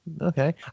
okay